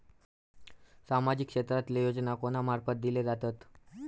सामाजिक क्षेत्रांतले योजना कोणा मार्फत दिले जातत?